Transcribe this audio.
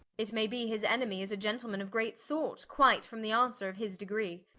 it may bee, his enemy is a gentleman of great sort quite from the answer of his degree